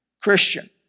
Christian